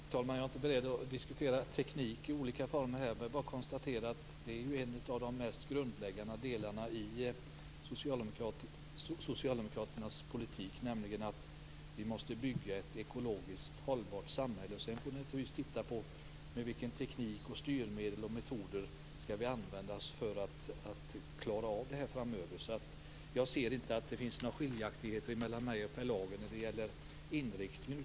Fru talman! Jag är inte beredd att här diskutera olika former av teknik. Jag vill bara konstatera att en av de mest grundläggande delarna i socialdemokraternas politik är att bygga ett ekologiskt hållbart samhälle. Sedan får vi naturligtvis titta på vilken teknik, vilka styrmedel och vilka metoder vi skall använda för att klara detta framöver. Jag ser inte att det finns några skiljaktigheter mellan mig och Per Lager när det gäller inriktningen.